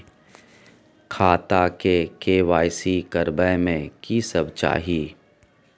खाता के के.वाई.सी करबै में की सब चाही?